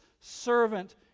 servant